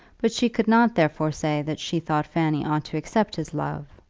but she could not therefore say that she thought fanny ought to accept his love.